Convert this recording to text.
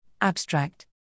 Abstract